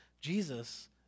Jesus